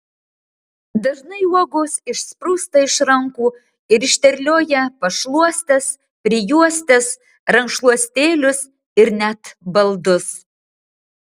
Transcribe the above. dažnai uogos išsprūsta iš rankų ir išterlioja pašluostes prijuostes rankšluostėlius ir net baldus